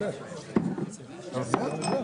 לא יודע ממה זה קרה.